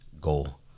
goal